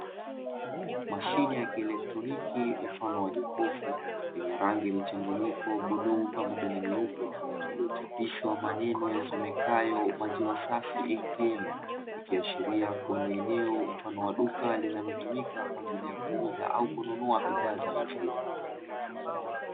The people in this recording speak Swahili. Mashine ya kielektroniki mfano wa jokofu, lenye rangi mchanganyiko buluu pamoja na nyeupe iliyochapishwa maneno yasomekayo MAZIWA SAFI ATM ikiashiria kuwa ni eneo mfano wa duka linalotumika kwaajili ya kuuza au kununua bidhaa za maziwa.